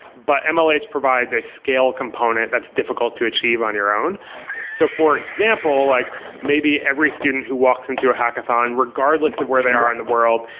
but mlh provides provides a scale component that's difficult to achieve on your own so for example, like maybe every student who walks into a hackathon, regardless of where they are in the world,